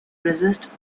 resists